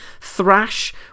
Thrash